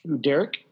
Derek